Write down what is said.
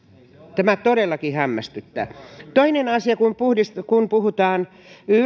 tämä todellakin hämmästyttää toinen asia kun puhutaan